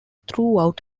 throughout